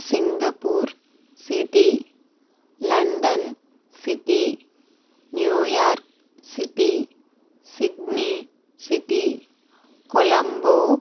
Singapore city London city New York city Sydney city Colombo